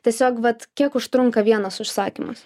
tiesiog vat kiek užtrunka vienas užsakymas